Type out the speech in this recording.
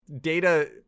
Data